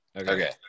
Okay